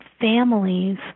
families